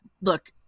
look